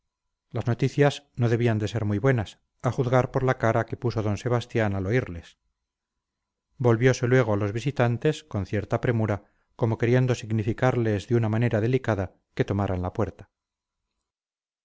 las noticias no debían de ser muy buenas a juzgar por la cara que puso d sebastián al oírles volviose luego a los visitantes con cierta premura como queriendo significarles de una manera delicada que tomaran la puerta